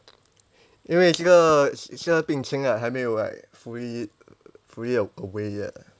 因为这个这个病情啊还没有 like fully fully a away yet